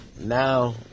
Now